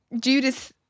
Judith